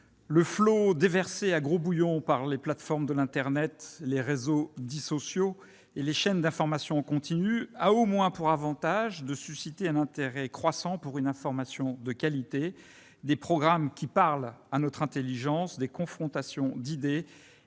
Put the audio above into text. le flot déversé à gros bouillons par les plateformes de l'internet, les réseaux dits sociaux et les chaînes d'information en continu a au moins pour avantage de susciter un intérêt croissant pour une information de qualité, des programmes qui parlent à notre intelligence, des confrontations d'idées